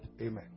amen